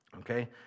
okay